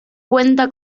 cuenta